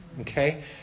Okay